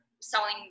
selling